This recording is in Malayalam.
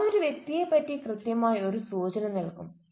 അത് ആ വ്യക്തിയെപറ്റി കൃത്യമായി ഒരു സൂചന നൽകും